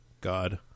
God